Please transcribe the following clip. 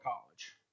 college